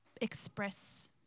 express